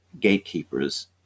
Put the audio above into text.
gatekeepers